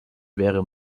wäre